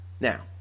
Now